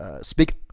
speak